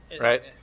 right